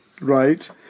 Right